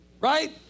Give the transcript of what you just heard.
right